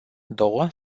două